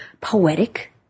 poetic